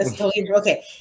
Okay